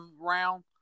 round